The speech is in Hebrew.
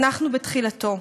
אנחנו בתחילתו.